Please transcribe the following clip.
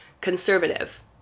conservative